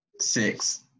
Six